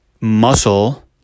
muscle